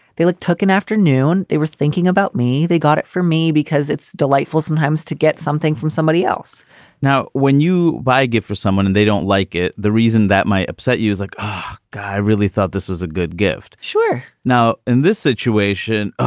they looked, took an afternoon. they were thinking about me. they got it for me because it's delightful sometimes to get something from somebody else now, when you buy a gift for someone and they don't like it, the reason that might upset you as a like guy. i really thought this was a good gift. sure. now, in this situation,